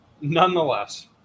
nonetheless